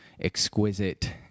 exquisite